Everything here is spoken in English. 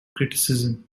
criticism